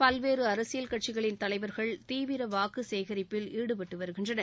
பல்வேறு அரசியல் கட்சிகளின் தலைவர்கள் தீவிர வாக்கு சேகரிப்பில் ஈடுபட்டு வருகின்றனர்